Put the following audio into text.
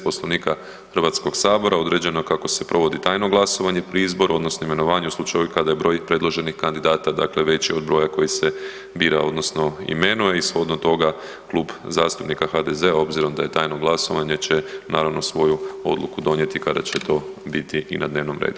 Poslovnika HS određeno kako se provodi tajno glasovanje pri izboru odnosno imenovanje u slučaju kada je broj predloženih kandidata dakle veći od broja koji se bira odnosno imenuje i shodno toga Klub zastupnika HDZ-a obzirom da je tajno glasovanje, će naravno svoju odluku donijeti kada će to biti i na dnevnom redu.